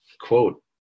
quote